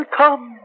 come